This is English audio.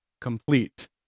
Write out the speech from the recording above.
complete